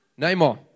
Neymar